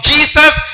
Jesus